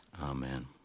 Amen